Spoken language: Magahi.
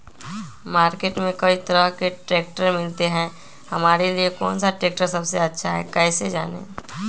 मार्केट में कई तरह के ट्रैक्टर मिलते हैं हमारे लिए कौन सा ट्रैक्टर सबसे अच्छा है कैसे जाने?